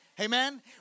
amen